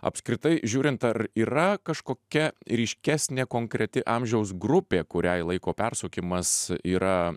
apskritai žiūrint ar yra kažkokia ryškesnė konkreti amžiaus grupė kuriai laiko persukimas yra